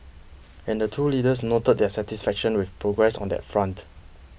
and the two leaders noted their satisfaction with progress on that front